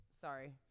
Sorry